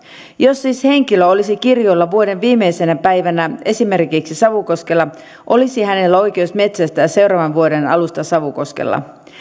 jos siis henkilö olisi kirjoilla vuoden viimeisenä päivänä esimerkiksi savukoskella olisi hänellä oikeus metsästää seuraavan vuoden alusta savukoskella